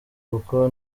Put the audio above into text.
kuko